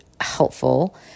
helpful